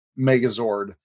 Megazord